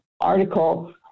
article